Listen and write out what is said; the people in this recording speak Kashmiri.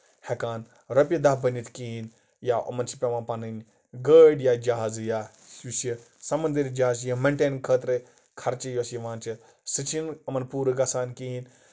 ہٮ۪کان رۄپییہِ دہ بٔنِتھ کِہیٖنۍ یا یِمَن چھِ پیوان پَنٕنۍ گٲڈۍ یا جَہازٕ یا یُس یہِ سَمندٔری جَہازٕ چھُ یا مینٹین خٲطرٕ خرچہٕ یۄس یِوان چھِ سُہ چھُنہٕ یِمَن پوٗرٕ گژھان کِہیٖنۍ